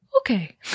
Okay